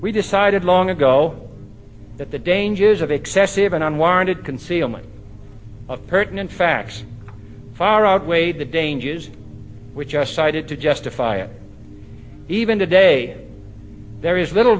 we decided long ago that the dangers of excessive and unwarranted concealment of pertinent facts far outweigh the dangers which are cited to justify it even today there is little